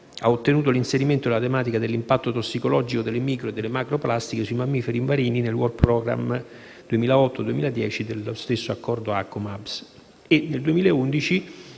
ha ottenuto l'inserimento della tematica dell'impatto tossicologico delle micro e delle macroplastiche sui mammiferi marini nel Work programme 2008-2010 dello stesso accordo Accobams. Nel 2011